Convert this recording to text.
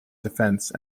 defense